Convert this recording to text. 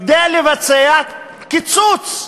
כדי לבצע קיצוץ.